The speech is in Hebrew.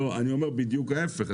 לא, אני אומר בדיוק ההיפך.